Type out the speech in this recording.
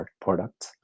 product